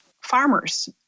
farmers